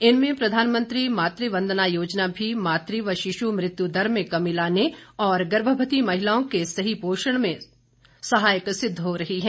इनमें प्रधानमंत्री मातृ वंदना योजना भी मातृ व शिशु मृत्य दर में कमी लाने और गर्भवती महिलाओं के सही पोषण में सहायक सिद्ध हो रही हैं